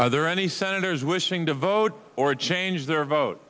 other any senators wishing to vote or change their vote